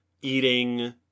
Eating